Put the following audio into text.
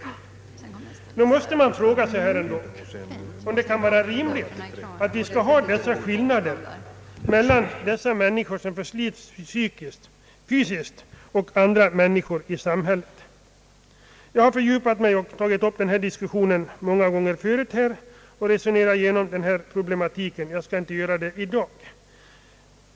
Nog måste man fråga sig om det kan vara rimligt att ha sådana skillnader mellan dem som förslits snabbast fysiskt och andra människor i samhället. Jag har många gånger tidigare här i kammaren fördjupat mig i denna pro blematik och skall inte göra det i dag.